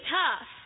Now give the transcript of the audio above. tough